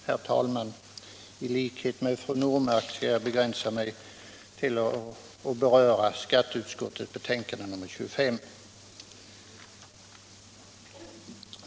Herr talman! I likhet med fru Normark skall jag begränsa mig till att tala om skatteutskottets betänkande nr 25.